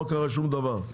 לא קרה שום דבר,